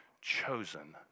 chosen